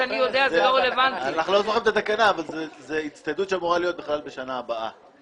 לא זוכרים את התקנה אבל זאת הצטיידות שאמורה להיות בשנה הבאה.